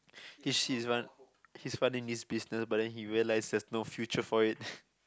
this he want his one in his business but he realize that there is no future for it